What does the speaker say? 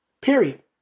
Period